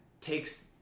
takes